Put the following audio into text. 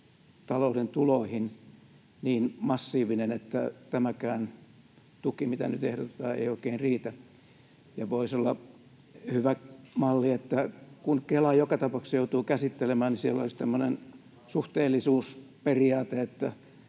talouden tuloihin niin massiivinen, että tämäkään tuki, mitä nyt ehdotetaan, ei oikein riitä, ja voisi olla hyvä malli — kun Kela joka tapauksessa joutuu käsittelemään — että siellä olisi tämmöinen suhteellisuusperiaate,